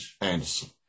Anderson